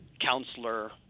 counselor